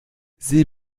sie